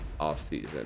offseason